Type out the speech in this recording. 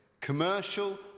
commercial